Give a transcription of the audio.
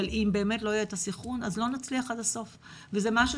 אבל אם באמת לא יהיה את הסנכרון אז לא נצליח עד הסוף וזה משהו